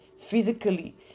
physically